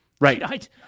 Right